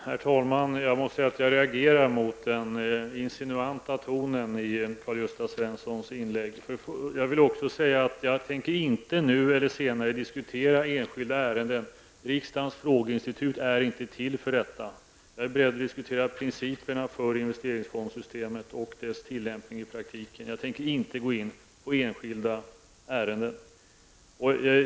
Herr talman! Jag måste säga att jag reagerar mot den insinuanta tonen i Karl-Gösta Svensons inlägg. Jag vill också säga att jag inte tänker nu eller senare diskutera enskilda ärenden. Riksdagens frågeinstitut är inte till för detta. Jag är beredd att diskutera principerna för investeringsfondssystemet och dess tillämpning i praktiken. Jag tänker inte gå in på enskilda ärenden.